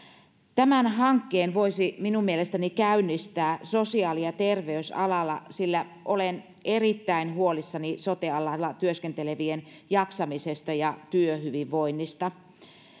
tämän hankkeen voisi minun mielestäni käynnistää sosiaali ja terveysalalla sillä olen erittäin huolissani sote alalla työskentelevien jaksamisesta ja työhyvinvoinnista